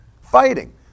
fighting